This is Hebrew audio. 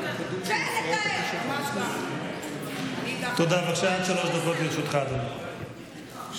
לבינם, בבקשה, עד שלוש דקות לרשותך, אדוני.